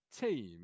team